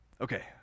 Okay